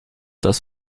das